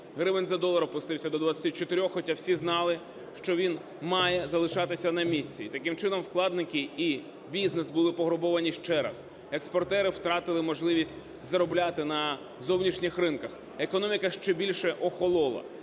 гривень за долар опустився до 24, хоча всі знали, що він має залишатися на місці, і таким чином вкладники і бізнес були пограбовані ще раз, експортери втратили можливість заробляти на зовнішніх ринках, економіка ще більше охолола.